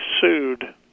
sued